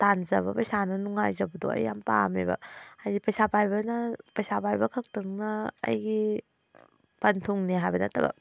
ꯇꯥꯟꯖꯕ ꯄꯩꯁꯥꯅ ꯅꯨꯡꯉꯥꯏꯖꯕꯗꯣ ꯑꯩ ꯌꯥꯝ ꯄꯥꯝꯃꯦꯕ ꯍꯥꯏꯗꯤ ꯄꯩꯁꯥ ꯄꯥꯏꯕꯅ ꯄꯩꯁꯥ ꯄꯥꯏꯕ ꯈꯛꯇꯪꯅ ꯑꯩꯒꯤ ꯄꯟꯊꯨꯡꯅꯦ ꯍꯥꯏꯕ ꯅꯠꯇꯕ